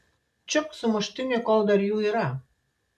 čiupk sumuštinį kol dar jų yra